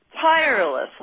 tirelessly